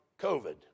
COVID